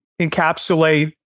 encapsulate